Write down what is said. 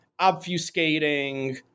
obfuscating